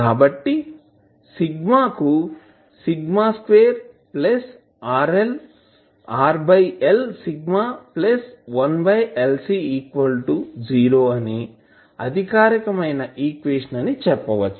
కాబట్టి σ కు ని అధికారికమైన ఈక్వేషన్ అని చెప్పవచ్చు